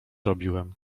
robiłem